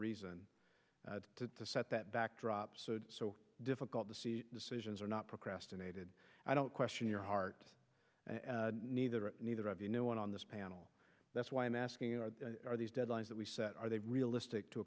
reason to set that backdrop so difficult to see decisions are not procrastinated i don't question your heart and neither neither of you no one on this panel that's why i'm asking you are these deadlines that we set are they realistic to